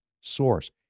source